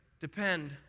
depend